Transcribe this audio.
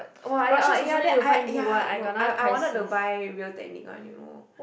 !wah! oh oh yeah then I yeah no I I wanted to buy Real Technique one you know